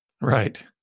Right